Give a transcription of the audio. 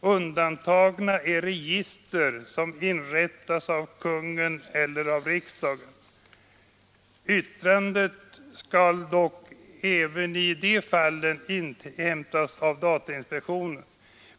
Undantagna är register som inrättas av Konungen eller riksdagen. Yttrande skall dock även i det fallet inhämtas av datainspektionen.